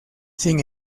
sin